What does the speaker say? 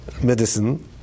medicine